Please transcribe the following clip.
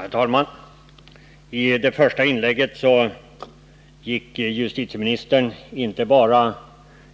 Herr talman! I sitt första inlägg gick justitieministern